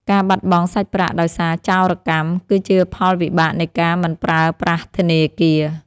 ការបាត់បង់សាច់ប្រាក់ដោយសារចោរកម្ម គឺជាផលវិបាកនៃការមិនប្រើប្រាស់ធនាគារ។